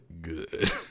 good